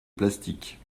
plastique